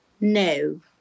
No